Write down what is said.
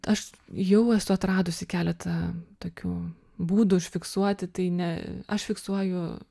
aš jau esu atradusi keletą tokių būdų užfiksuoti tai ne aš fiksuoju